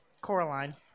Coraline